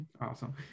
awesome